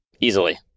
Easily